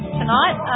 tonight